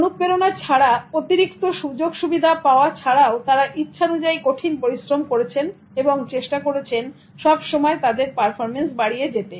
অনুপ্রেরণা ছাড়া অতিরিক্ত সুযোগ সুবিধা পাওয়া ছাড়াও তারা ইচ্ছানুযায়ী কঠিন পরিশ্রম করেছেন এবং চেষ্টা করেছেন সব সময় তাদের পারফরম্যান্স বাড়িয়ে যেতে